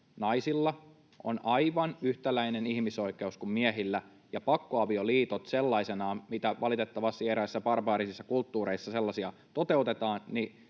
Naisilla on aivan yhtäläinen ihmisoikeus kuin miehillä, ja pakkoavioliitot sellaisina, mitä valitettavasti eräissä barbaarisissa kulttuureissa toteutetaan,